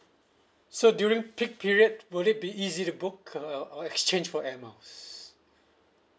so during peak period will it be easy to book or or exchange for air miles